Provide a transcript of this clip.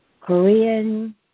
Korean